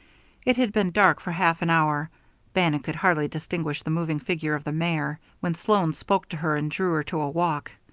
it had been dark for half an hour bannon could hardly distinguish the moving figure of the mare when sloan spoke to her and drew her to a walk.